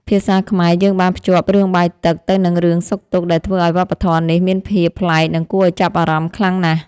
ភាសាខ្មែរយើងបានភ្ជាប់រឿងបាយទឹកទៅនឹងរឿងសុខទុក្ខដែលធ្វើឱ្យវប្បធម៌នេះមានភាពប្លែកនិងគួរឱ្យចាប់អារម្មណ៍ខ្លាំងណាស់។